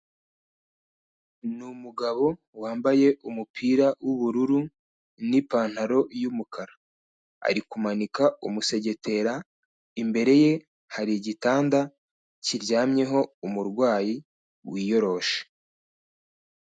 Ni umugabo wambaye umupira w'ubururu n'ipantaro y'umukara, ari kumanika umusegetera, imbere ye hari igitanda kiryamyeho umurwayi wiyoroshe.